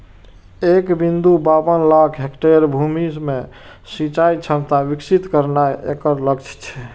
एक बिंदु बाबन लाख हेक्टेयर भूमि मे सिंचाइ क्षमता विकसित करनाय एकर लक्ष्य छै